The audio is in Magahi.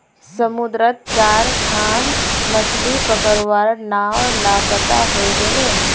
समुद्रत चार खन मछ्ली पकड़वार नाव लापता हई गेले